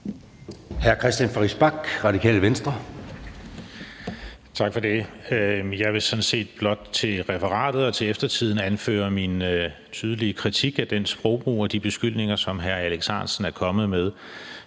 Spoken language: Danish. Tak for det. Jeg vil sådan set blot til referatet og til eftertiden anføre min tydelige kritik af den sprogbrug og de beskyldninger, som hr. Alex Ahrendtsen er kommet med